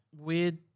Weird